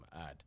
add